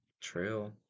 True